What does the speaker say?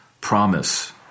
promise